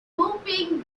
hoping